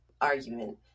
argument